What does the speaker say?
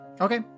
Okay